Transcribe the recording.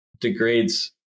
degrades